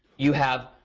you have,